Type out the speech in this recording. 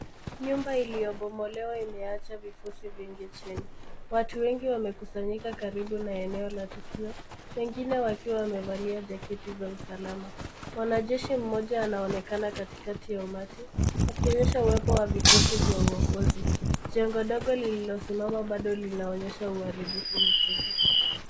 Nyumba iliyobomolewa imeacha vifusi vingi chini. Watu wengi wamekusanyika karibu na eneo la tukio, wengine wakiwa wamevalia jaketi za usalama. Mwanajeshi mmoja anaonekana katikati ya umati, akionyesha uwepo wa vikosi vya uokozi. Jengo ndogo lililosimama bado linaonyesha uharibifu mkubwa.